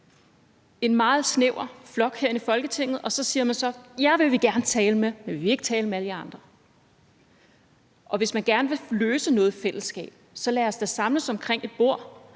en meget snæver flok herinde i Folketinget, og så siger man så: Jer vil vi gerne tale med, men vi vil ikke tale med alle jer andre. Hvis man gerne vil løse noget i fællesskab, så lad os da samles omkring et bord,